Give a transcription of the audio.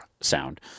sound